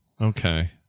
Okay